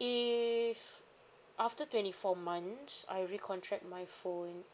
if after twenty four months I recontract my phone